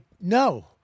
no